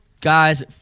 Guys